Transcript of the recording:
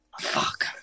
Fuck